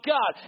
God